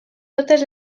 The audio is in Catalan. totes